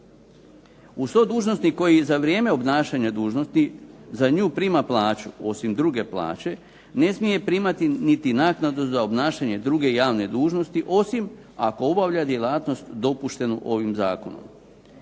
Uz to dužnosnik koji za vrijeme obnašanja dužnosti za nju prima plaću osim druge plaće ne smije primati niti naknadu za obnašanje druge javne dužnosti, osim ako obavlja djelatnost dopuštenu ovim zakonom.